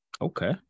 okay